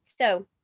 so-